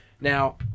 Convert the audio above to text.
Now